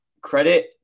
Credit